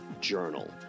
Journal